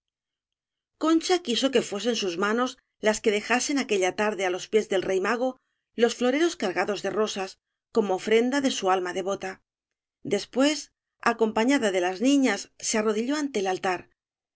concha quiso que fuesen sus manos las que dejasen aquella tarde á los pies del rey mago los floreros cargados de rosas como ofrenda de su alma devota después acom pañada de las niñas se arrodilló ante el al